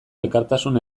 elkartasun